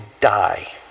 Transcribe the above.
die